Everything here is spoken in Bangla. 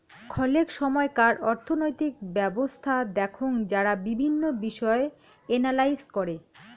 খলেক সময়কার অর্থনৈতিক ব্যবছস্থা দেখঙ যারা বিভিন্ন বিষয় এনালাইস করে